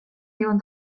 viuen